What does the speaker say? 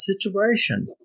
situation